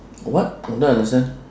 what I don't understand